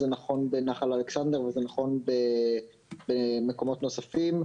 זה נכון בנחל אלכסנדר וזה נכון במקומות נוספים,